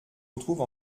retrouve